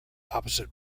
opposite